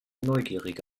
neugierige